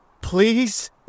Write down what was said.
please